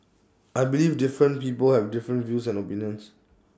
I believe different people have different views and opinions